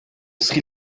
sri